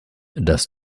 das